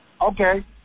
okay